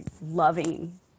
loving